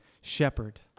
shepherd